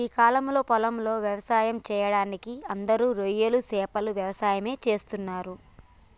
గీ కాలంలో పొలాలలో వ్యవసాయం సెయ్యడానికి అందరూ రొయ్యలు సేపల యవసాయమే చేస్తున్నరు